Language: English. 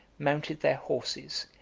mounted their horses,